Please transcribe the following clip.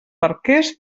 barquers